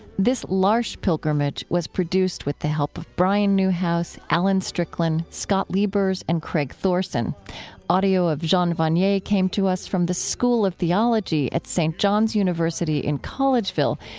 this l'arche pilgrimage was produced with the help of brian newhouse, alan stricklin, scott liebers, and greg thorson audio of jean vanier came to us from the school of theology at st. john's university, in collegeville,